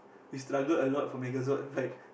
you struggled a lot for Megazord right